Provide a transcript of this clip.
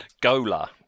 Gola